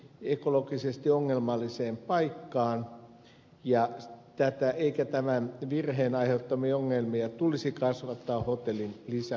hotellit on perustettu ekologisesti ongelmalliseen paikkaan eikä tämän virheen aiheuttamia ongelmia tulisi kasvattaa hotellin lisäkapasiteetilla